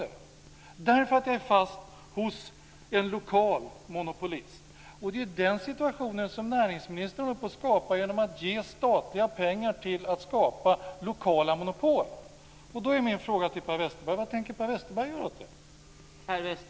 Det är för att jag är fast hos en lokal monopolist. Det är den situationen som näringsministern håller på att skapa genom att ge statliga pengar till att skapa lokala monopol. Då är min fråga till Per Westerberg: Vad tänker Per Westerberg göra åt det?